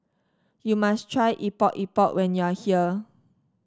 you must try Epok Epok when you are here